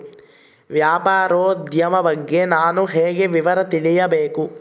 ವ್ಯಾಪಾರೋದ್ಯಮ ಬಗ್ಗೆ ನಾನು ಹೇಗೆ ವಿವರ ತಿಳಿಯಬೇಕು?